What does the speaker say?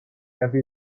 every